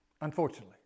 unfortunately